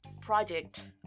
project